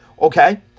Okay